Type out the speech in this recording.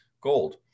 gold